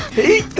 hey,